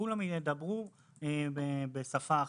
שכולם ידברו בשפה אחת,